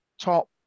top